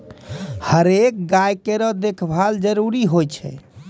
हरेक गाय केरो देखभाल जरूरी होय छै